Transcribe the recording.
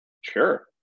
sure